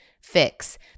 fix